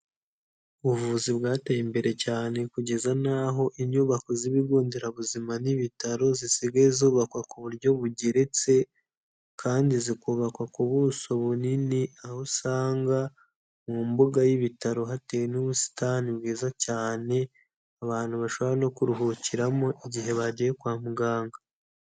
Ubuvuzi bwateye imbere cyane kugeza n'aho inyubako z'ibigo nderabuzima n'ibitaro zisigaye zubakwa ku buryo bugeretse, kandi zikubakwa ku buso bunini, aho usanga mu mbuga y'ibitaro hateye n'ubusitani bwiza cyane abantu bashobora no kuruhukiramo igihe bagiye kwa muganga.